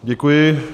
Děkuji.